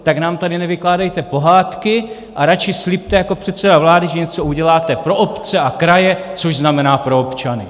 Tak nám tady nevykládejte pohádky a radši slibte jako předseda vlády, že něco uděláte pro obce a kraje, což znamená pro občany.